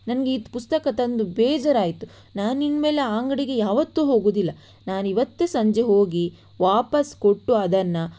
ನನಗೆ ಇದು ಪುಸ್ತಕ ತಂದು ಬೇಜಾರಾಯಿತು ನಾನು ಇನ್ನು ಮೇಲೆ ಆ ಅಂಗಡಿಗೆ ಯಾವತ್ತೂ ಹೋಗುವುದಿಲ್ಲ ನಾನಿವತ್ತೇ ಸಂಜೆ ಹೋಗಿ ವಾಪಸು ಕೊಟ್ಟು ಅದನ್ನು